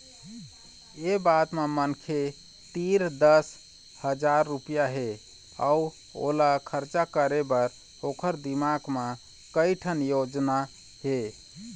ए बात म मनखे तीर दस हजार रूपिया हे अउ ओला खरचा करे बर ओखर दिमाक म कइ ठन योजना हे